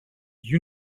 you